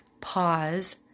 pause